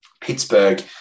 Pittsburgh